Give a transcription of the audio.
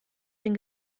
den